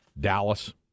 Dallas